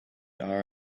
are